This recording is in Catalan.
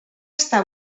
estar